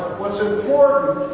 what's important